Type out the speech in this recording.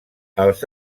els